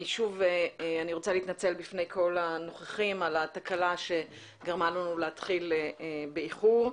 אני רוצה להתנצל בפני כל הנוכחים על התקלה שגרמה לנו להתחיל באיחור.